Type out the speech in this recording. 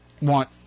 want